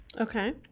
Okay